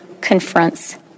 confronts